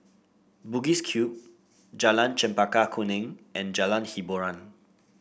Bugis Cube Jalan Chempaka Kuning and Jalan Hiboran